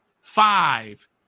five